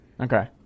Okay